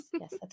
yes